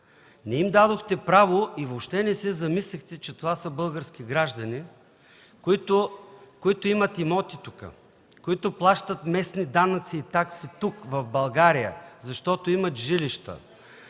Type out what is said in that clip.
Не им дадохте право и въобще не се замислихте, че това са български граждани, които имат имоти тук, които плащат местни данъци и такси тук, в България, защото имат жилища.